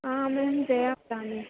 आम् अहम् जया वदामि